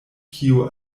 kio